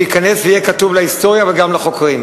שייכנס ויהיה כתוב להיסטוריה וגם לחוקרים: